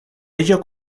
ello